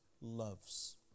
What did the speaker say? loves